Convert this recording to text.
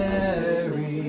Mary